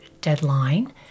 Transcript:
deadline